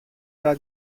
della